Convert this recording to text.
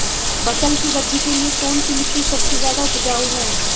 फसल की वृद्धि के लिए कौनसी मिट्टी सबसे ज्यादा उपजाऊ है?